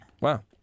Wow